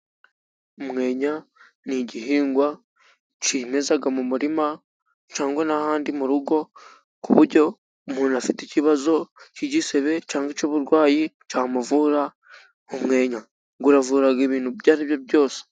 Umwenya ni igihingwa kimeza mu murima cyangwa n'ahandi mu rugo, ku buryo umuntu afite ikibazo cy'igisebe cyangwa icy'uburwayi cyamuvura. Umwenya uravura ibintu ibyo ari byo byose.